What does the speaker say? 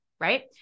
right